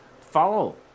Follow